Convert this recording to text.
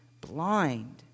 blind